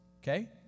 Okay